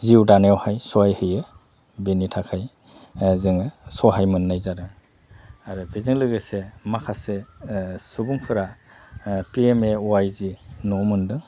जिउ दानायावहाय सहाय होयो बिनि थाखाय जोङो सहाय मोननाय जादों आरो बेजों लोगोसे माखासे सुबुंफोरा P M A Y G न' मोनदों